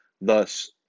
thus